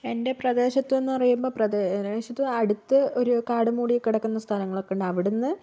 എൻ്റെ പ്രദേശത്ത് എന്ന് പറയുമ്പോൾ പ്ര പ്രദേശത്ത് അടുത്ത് ഒരു കാട് മൂടി കിടക്കുന്ന സ്ഥലങ്ങളൊക്കെ ഉണ്ട് അവിടുന്ന്